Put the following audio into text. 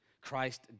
Christ